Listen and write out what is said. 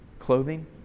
Clothing